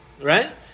Right